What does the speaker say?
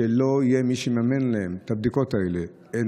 שלא יהיה מי שיממן להם את הבדיקות האלה,